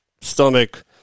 stomach